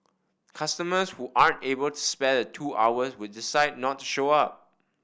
customers who aren't able to spare the two hours would decide not to show up